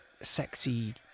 sexy